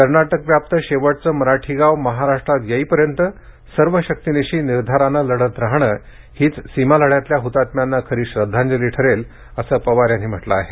कर्नाटकव्याप्त शेवटचे मराठी गाव महाराष्ट्रात येईपर्यंत सर्वशक्तीनिशी निर्धाराने लढत राहणे हीच सीमा लढ्यातल्या हुतात्म्यांना खरी श्रद्धांजली ठरेल असे पवार यांनी म्हटले आहे